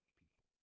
people